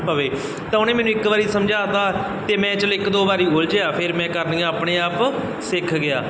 ਪਵੇ ਤਾਂ ਉਹਨੇ ਮੈਨੂੰ ਇੱਕ ਵਾਰੀ ਸਮਝਾ ਤਾ ਅਤੇ ਮੈਂ ਚਲੋ ਇੱਕ ਦੋ ਵਾਰੀ ਉਲਝਿਆ ਫਿਰ ਮੈਂ ਕਰਨੀਆਂ ਆਪਣੇ ਆਪ ਸਿੱਖ ਗਿਆ